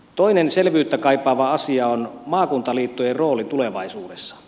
toinen selvyyttä kaipaava asia on maakuntaliittojen rooli tulevaisuudessa